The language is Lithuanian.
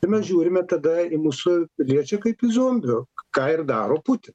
ir mes žiūrime tada į mūsų piliečiai kaip į zombiu ką ir daro putin